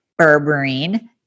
berberine